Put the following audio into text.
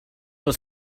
del